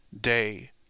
day